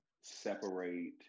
separate